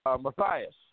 Matthias